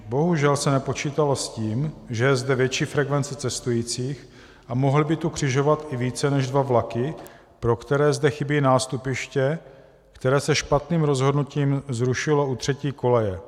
Bohužel se nepočítalo s tím, že je zde větší frekvence cestujících a mohly by tu křižovat i více než dva vlaky, pro které zde chybí nástupiště, které se špatným rozhodnutím zrušilo u třetí koleje.